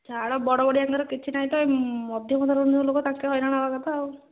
ଛାଡ଼ ବଡ଼ ବଡ଼ିଆଙ୍କର କିଛି ନାହିଁ ତ ମଧ୍ୟମ ଧରଣର ଲୋକମାନେ ହଇରାଣ ହେବା କଥା ଆଉ